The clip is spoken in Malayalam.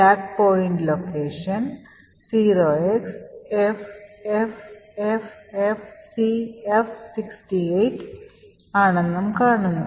സ്റ്റാക്ക് പോയിൻറ് ലൊക്കേഷൻ 0xffffcf68 ആണെന്നും കാണുന്നു